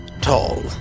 Tall